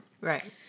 right